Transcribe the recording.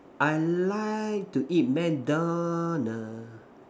I like to eat MacDonald